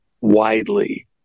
widely